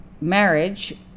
marriage